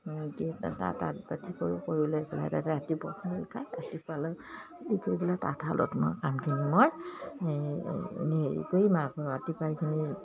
তাঁত বাতি কৰি কৰিলে পেলাই তাতে ৰাতিপুৱাখিনি ৰাতিপুৱালৈ উঠিপেলাই তাঁতশালত মই কামখিনি মই হেৰি কৰি ৰাতিপুৱাই সেইখিনি